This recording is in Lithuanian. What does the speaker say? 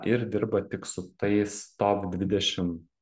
ir dirba tik su tais top dvidešim